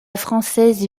française